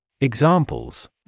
Examples